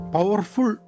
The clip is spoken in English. Powerful